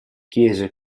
chiese